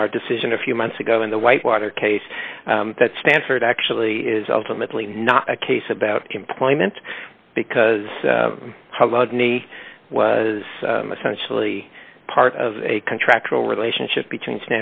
in our decision a few months ago in the whitewater case that stanford actually is ultimately not a case about employment because khaled ne was essentially part of a contractual relationship between